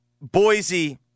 Boise